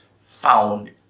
found